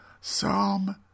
Psalm